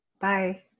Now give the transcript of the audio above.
Bye